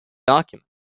documents